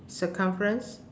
circumference